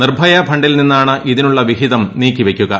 നിർഭയ ഫണ്ടിൽ നിന്നാണ് ഇതിനുള്ള വിഹിതം നീക്കി വെക്കുക